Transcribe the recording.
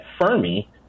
Fermi